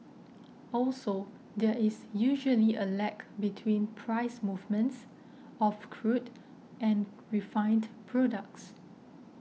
also there is usually a lag between price movements of crude and refined products